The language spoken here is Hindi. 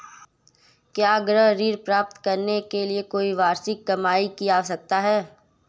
क्या गृह ऋण प्राप्त करने के लिए कोई वार्षिक कमाई की आवश्यकता है?